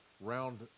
round